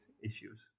issues